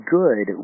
good